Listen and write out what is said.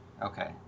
Okay